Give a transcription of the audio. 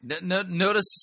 Notice